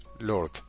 Lord